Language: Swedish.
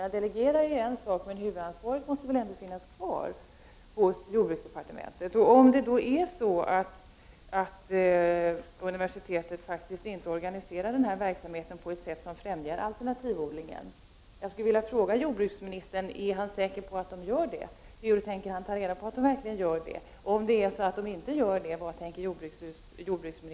Att delegera är en sak, men huvudansvaret måste väl ändå finnas kvar hos jordbruksdepartementet. Om universitetet faktiskt inte har organiserat verksamheten på ett sätt som främjar alternativodlingen, skulle jag vilja fråga jordbruksministern: Är jordbruksministern säker på att det är så? Hur tänker jordbruksmi